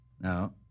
No